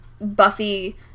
Buffy